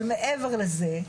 אבל מעבר לזה,